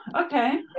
okay